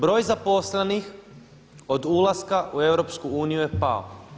Broj zaposlenih od ulaska u EU je pao.